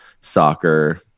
soccer